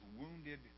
wounded